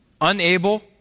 unable